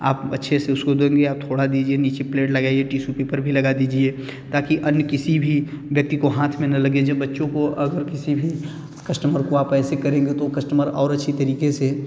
आप अच्छे से उसको देंगे आप थोड़ा दीजिए नीचे प्लेट लगाइए टिसू पेपर भी लगा दीजिए ताकि अन्य किसी भी व्यक्ति को हाथ में ना लगे जो बच्चों को अगर किसी भी कस्टमर को आप ऐसे करेंगे तो वो कस्टमर और अच्छे तरीक़े से